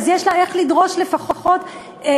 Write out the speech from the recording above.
אז יש לה איך לדרוש לפחות אמצעים,